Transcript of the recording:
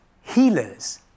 healers